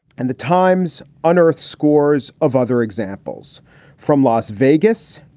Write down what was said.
and the times unearths scores of other examples from las vegas.